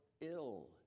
ill